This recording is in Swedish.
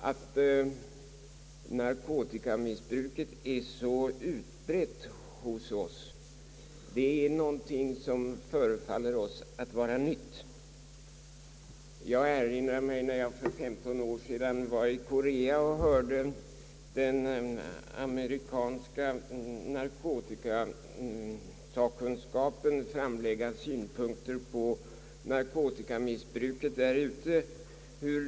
Att narkotikamissbruket är så utbrett hos oss förefaller oss att vara någonting nytt. Jag erinrar mig när jag för femton år sedan var i Korea och hörde den amerikanska narkotikasakkunskapen framlägga synpunkter på narkotikamissbruket där ute.